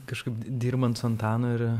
kažkaip dirbant su antanu ir